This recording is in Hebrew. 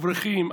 אברכים,